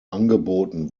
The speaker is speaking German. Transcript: angeboten